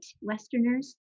Westerners